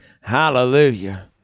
Hallelujah